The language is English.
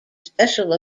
special